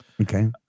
Okay